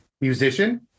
musician